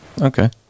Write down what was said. Okay